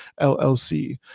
LLC